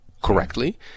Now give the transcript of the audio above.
Correctly